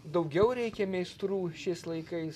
daugiau reikia meistrų šiais laikais